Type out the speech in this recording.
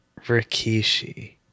Rikishi